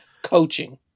coaching